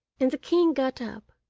and the king got up,